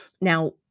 Now